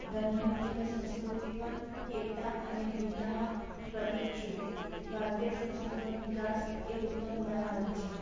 ધર્મની જેમ સંસ્કૃતિ પણ એકતા અને વિવિધતામાં પ્રતિક છે ભારતીય સંસ્કૃતિનો વિકાસ એ ઉત્તમ ઉદાહરણ છે